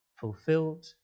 fulfilled